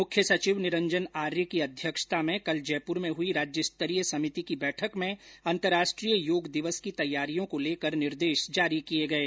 मुख्य सचिव निरंजन आर्य की अध्यक्षता में कल जयपुर में हुई राज्य स्तरीय सभिति की बैठक में अन्तर्राष्ट्रीय योग दिवस की तैयारियों को लेकर निर्देश जारी किये गये